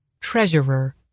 Treasurer